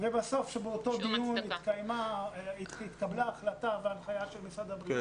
ובסוף באותו דיון התקבלה החלטה והנחיה של משרד הבריאות